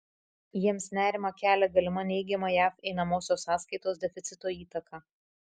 jiems nerimą kelia galima neigiama jav einamosios sąskaitos deficito įtaka